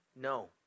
no